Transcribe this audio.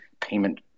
payment